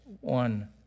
one